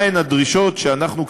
מה הן הדרישות שאנחנו,